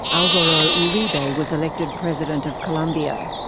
alvaro uribe was elected president of colombia.